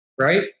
right